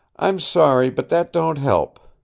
i'm sorry, but that don't help.